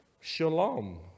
Shalom